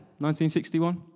1961